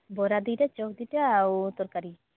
ବରା ଦୁଇଟା ଚପ୍ ଦୁଇଟା ଆଉ ତରକାରୀ